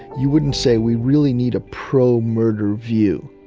you wouldn't say we really need a pro-murder view.